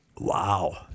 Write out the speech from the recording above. Wow